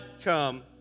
come